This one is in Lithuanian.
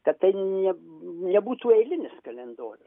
kad tai ne nebūtų eilinis kalendorius